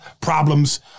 problems